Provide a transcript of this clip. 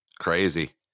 crazy